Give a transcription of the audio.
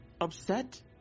upset